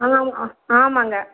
ஆமாங்க ஆ ஆமாங்க